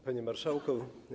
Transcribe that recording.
Panie Marszałku!